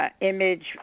Image